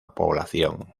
población